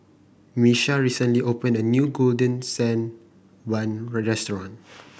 Miesha recently opened a new Golden Sand Bun Restaurant